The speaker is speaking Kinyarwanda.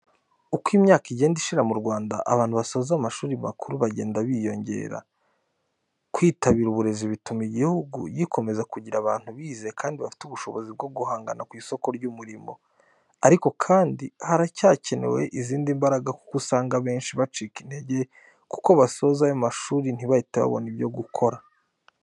Uko imyaka igenda ishira mu Rwanda, abantu basoza amashuri makuru bagenda biyongera. Kwitabira uburezi bituma igihugu gikomeza kugira abantu bize kandi bafite ubushobozi bwo guhangana ku isoko ry'umurimo. Ariko kandi, haracyakenewe izindi mbaraga kuko usanga abenshi bacika intege kuko basoza ayo mashuri ntibahite babona ibyo gukora.